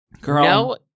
Girl